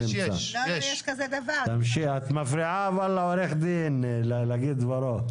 אבל את מפריע לעו"ד להגיד את דברו.